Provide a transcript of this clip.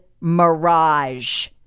mirage